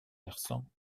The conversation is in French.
versant